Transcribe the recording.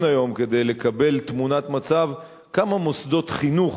היום כדי לקבל תמונת מצב כמה מוסדות חינוך